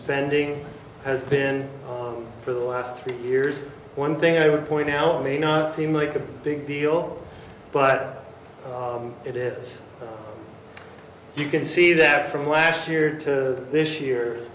spending has been for the last three years one thing i would point out may not seem like a big deal but it is you can see that from last year to this year